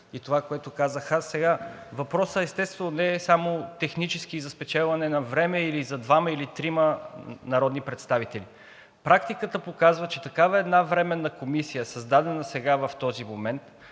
и това, което казах аз. Сега въпросът, естествено, не е само технически – за спечелване на време или за двама, или трима народни представители. Практиката показва, че такава една временна комисия, създадена в този момент,